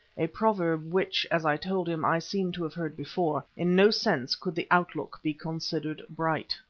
a proverb which, as i told him, i seemed to have heard before, in no sense could the outlook be considered bright.